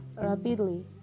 rapidly